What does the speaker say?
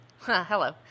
Hello